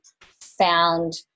found